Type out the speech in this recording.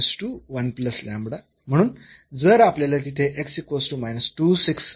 म्हणून जर आपल्याला तिथे मिळवायचे असेल